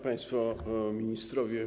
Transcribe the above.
Państwo Ministrowie!